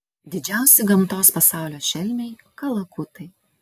didžiausi gamtos pasaulio šelmiai kalakutai